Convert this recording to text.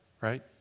right